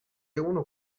اونو